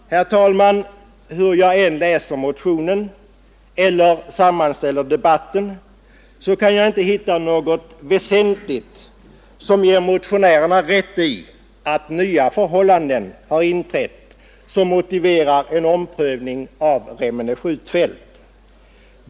Herr talman! Hur jag än läser motionen eller sammanställer materialet i debatten kan jag inte hitta något väsentligt som ger motionärerna rätt i att nya förhållanden har inträtt som motiverar en omprövning av frågan om Remmene skjutfält.